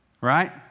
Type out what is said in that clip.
Right